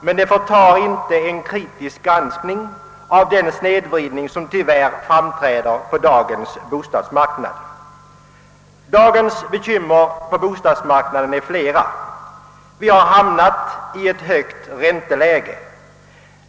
Detta förtar emellertid inte det intryck av en snedvridning som tyvärr framträder vid en kritisk granskning av dagens bostadsmarknad. Bekymren på bostadsmarknaden är flera. Vi har hamnat i ett högt ränteläge.